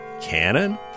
Cannon